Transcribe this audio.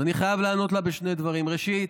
אני חייב לענות לה בשני דברים: ראשית,